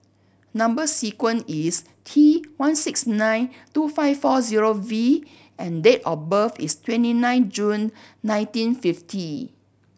number sequence is T one six nine two five four zero V and date of birth is twenty nine June nineteen fifty